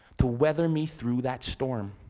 to weather me through that storm.